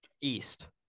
East